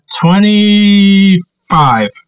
Twenty-five